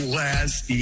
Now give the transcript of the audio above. last